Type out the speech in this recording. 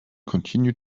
continue